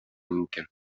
мөмкин